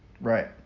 right